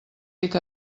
dic